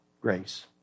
grace